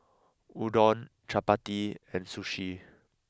Udon Chapati and Sushi